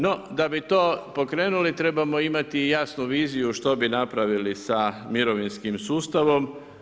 No, da bi to pokrenuli trebamo imati jasnu viziju što bi napravili sa mirovinskim sustavom.